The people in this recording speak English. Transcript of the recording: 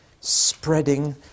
spreading